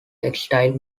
textile